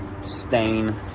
Stain